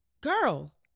girl